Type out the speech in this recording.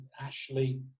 ashley